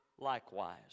Likewise